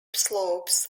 slopes